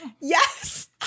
Yes